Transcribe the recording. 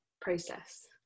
process